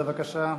בבקשה.